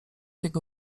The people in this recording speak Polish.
jego